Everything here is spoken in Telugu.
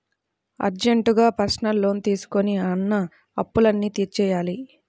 అర్జెంటుగా పర్సనల్ లోన్ తీసుకొని ఉన్న అప్పులన్నీ తీర్చేయ్యాలి